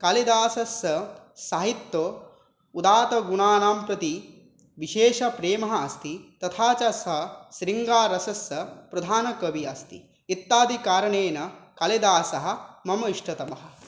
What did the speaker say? कालिदासस्य साहित्य उदात्तगुनानां प्रति विशेषप्रेमः अस्ति तथा च सः शृङ्गारसस्य प्रधानकविः अस्ति इत्यादि कारणेन कालिदासः मम इष्टतमः